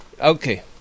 okay